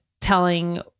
telling